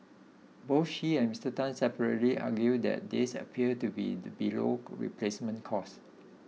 both she and Mr Tan separately argued that this appears to be to below replacement cost